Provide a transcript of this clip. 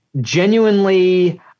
genuinely